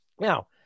Now